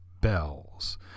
bells